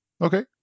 okay